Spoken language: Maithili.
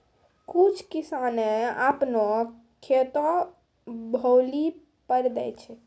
कुछ किसाने अपनो खेतो भौली पर दै छै